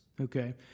Okay